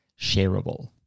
shareable